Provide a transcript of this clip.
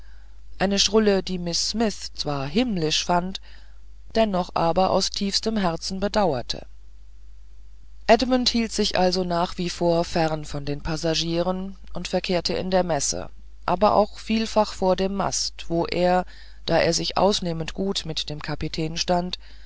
eine schrulle die miß smith zwar himmlisch fand dennoch aber aus tiefstem herzen bedauerte edmund hielt sich also nach wie vor fern von den passagieren und verkehrte in der messe aber auch vielfach vor dem mast wo er da er sich ausnehmend gut mit dem kapitän stand